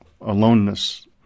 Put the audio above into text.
aloneness